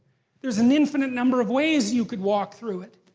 there's an infinite number of ways you could walk through it.